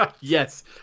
Yes